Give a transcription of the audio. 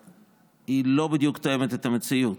היא לא בדיוק תואמת את המציאות.